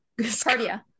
Cardia